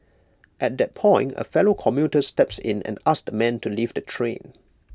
at that point A fellow commuter steps in and asks the man to leave the train